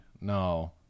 No